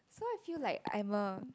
so I feel like I'm a